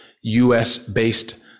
US-based